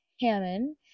Hammond